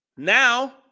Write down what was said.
Now